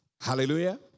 Hallelujah